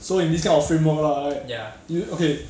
so in this kind of framework lah right you okay